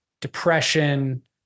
depression